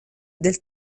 del